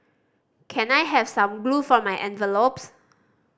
can I have some glue for my envelopes